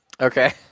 Okay